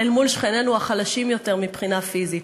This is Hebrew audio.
אל מול שכנינו החלשים יותר מבחינה פיזית.